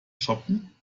shoppen